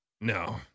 No